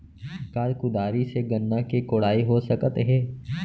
का कुदारी से गन्ना के कोड़ाई हो सकत हे?